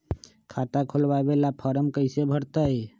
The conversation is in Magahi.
खाता खोलबाबे ला फरम कैसे भरतई?